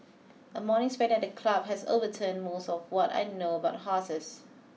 a morning spent at the club has overturned most of what I know about horses